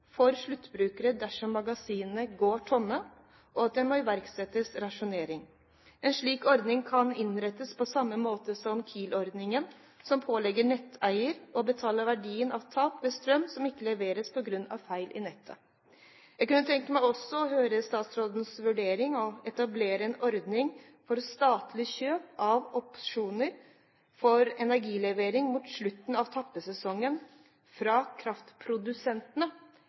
for sluttbrukere dersom magasinene går tomme og det må iverksettes rasjonering. En slik ordning kan innrettes på samme måte som KILE-ordningen, som pålegger netteierne å betale verdien av tapet ved strøm som ikke leveres på grunn av feil i nettet. Jeg kunne også tenke meg å høre statsrådens vurdering av å etablere en ordning for statlig kjøp av opsjoner for energilevering mot slutten av tappesesongen fra kraftprodusentene